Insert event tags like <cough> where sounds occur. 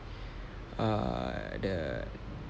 <breath> err the